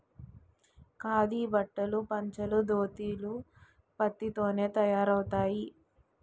ఖాదీ బట్టలు పంచలు దోతీలు పత్తి తోనే తయారవుతాయి